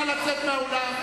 נא לצאת מהאולם.